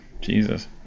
Jesus